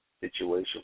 situation